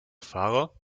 fahrer